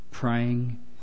praying